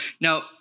Now